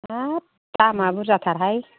हाब दामआ बुरजाथारहाय